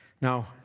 Now